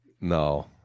No